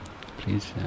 please